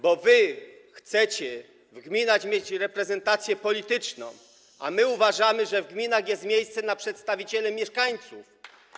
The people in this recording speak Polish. bo wy chcecie w gminach mieć reprezentację polityczną, a my uważamy, że w gminach jest miejsce dla przedstawicieli mieszkańców.